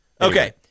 okay